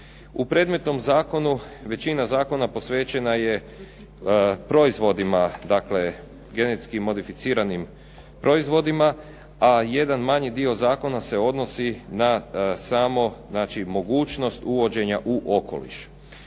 U predmetnom zakonu većina zakona posvećena je proizvodima, genetski modificiranim proizvodima a jedan manji dio zakona se odnosi na samo mogućnost uvođenja u okoliš.